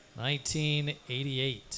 1988